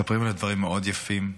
מספרים עליו דברים מאוד יפים.